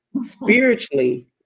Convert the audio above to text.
Spiritually